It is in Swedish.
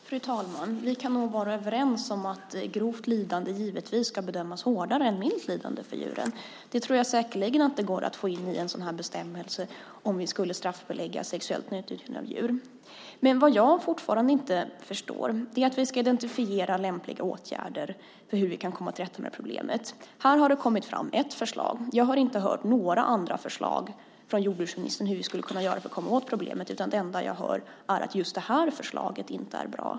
Fru talman! Vi kan nog vara överens om att grovt lidande givetvis ska bedömas hårdare än mindre lidande för djuren. Det går säkerligen att få in i en sådan här bestämmelse, om vi skulle straffbelägga sexuellt utnyttjande av djur. Det jag fortfarande inte förstår är detta: Vi ska identifiera lämpliga åtgärder för hur vi kan komma till rätta med problemet. Här har det kommit fram ett förslag. Jag har inte hört några andra förslag från jordbruksministern om hur vi skulle kunna göra för att komma åt problemet, utan det enda jag hör är att just det här förslaget inte är bra.